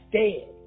dead